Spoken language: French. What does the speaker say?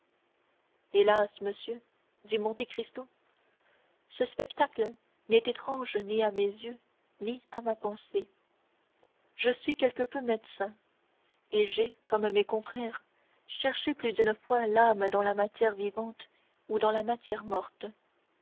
hélas monsieur dit monte cristo ce spectacle n'est étrange ni à mes yeux ni à ma pensée je suis quelque peu médecin et j'ai comme mes confrères cherché plus d'une fois l'âme dans la matière vivante ou dans la matière morte